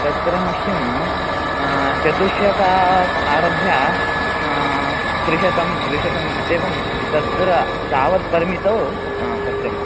तत्र मह्यं चतुश्शतात् आरभ्य त्रिशतं द्विशतं इत्येवं तत्र तावत् परिमितौ आ सत्यम्